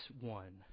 one